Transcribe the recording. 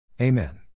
Amen